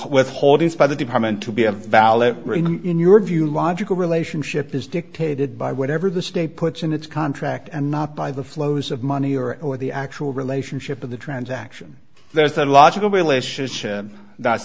request holdings by the department to be a valid in your view logical relationship is dictated by whatever the state puts in its contract and not by the flows of money or over the actual relationship of the transaction there's a logical relationship